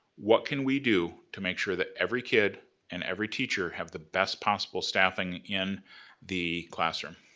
what can we do to make sure that every kid and every teacher have the best possible staffing in the classroom?